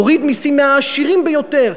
נוריד מסים מהעשירים ביותר,